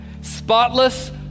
spotless